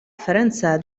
فرنسا